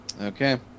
okay